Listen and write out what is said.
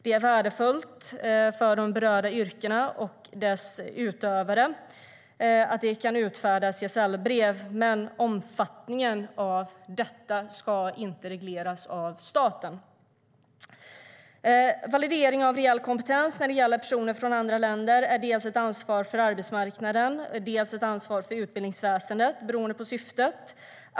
Det är värdefullt för de berörda yrkena och deras utövare att det kan utfärdas gesällbrev, men omfattningen av detta ska inte regleras av staten. Validering av reell kompetens när det gäller personer från andra länder är dels ett ansvar för arbetsmarknaden, dels ett ansvar för utbildningsväsendet, beroende på syftet.